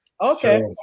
Okay